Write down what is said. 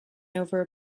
over